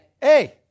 hey